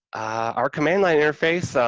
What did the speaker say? our command line interface.